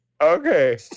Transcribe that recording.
okay